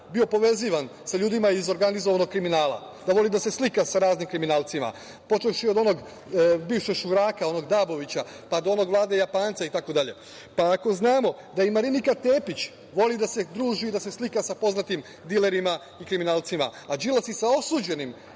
bio povezivan sa ljudima iz organizovanog kriminala, da voli da se slika sa raznim kriminalcima, počevši od onog bivšeg šuraka, onog Dabovića, pa do onog Vlade Japanca itd, pa ako znamo da i Marinika Tepić voli da se druži i da se slika sa poznatim dilerima i kriminalcima, a Đilas i sa osuđenim